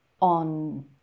on